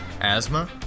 Asthma